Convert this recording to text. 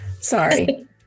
Sorry